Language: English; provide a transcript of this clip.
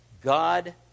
God